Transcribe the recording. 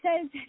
says